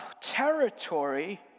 territory